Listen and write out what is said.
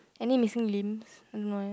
any missing limbs no eh